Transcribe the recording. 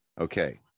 Okay